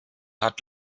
hat